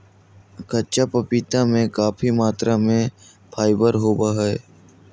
कच्चा पपीता में काफी मात्रा में फाइबर होबा हइ